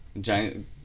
Giant